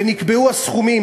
ונקבעו הסכומים.